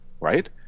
right